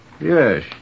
Yes